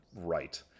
right